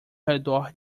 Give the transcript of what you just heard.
redor